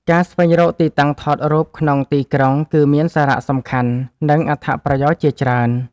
ការស្វែងរកទីតាំងថតរូបក្នុងទីក្រុង គឺមានសារៈសំខាន់ និងអត្ថប្រយោជន៍ជាច្រើន។